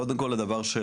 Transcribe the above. קודם כול, הנושא